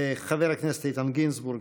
חבר הכנסת איתן גינזבורג,